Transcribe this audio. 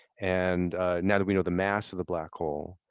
and now that we know the mass of the black hole,